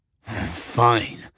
Fine